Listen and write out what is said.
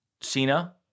Cena